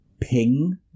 ping